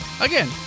Again